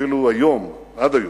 אפילו היום, עד היום,